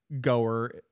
goer